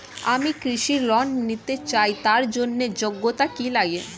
আমি কৃষি ঋণ নিতে চাই তার জন্য যোগ্যতা কি লাগে?